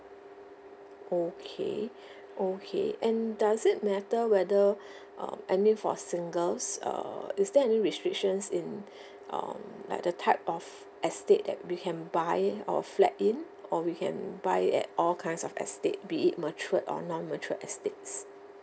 okay okay and does it matter whether uh I mean for singles err is there any restrictions in um like the type of estate that we can buy our flat in or we can buy it at all kinds of estate be it matured or non matured estates